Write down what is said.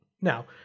Now